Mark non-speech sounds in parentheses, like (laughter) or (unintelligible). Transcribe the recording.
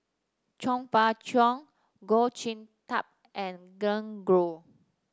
Chong Fah Cheong Goh (unintelligible) Tub and Glen Goei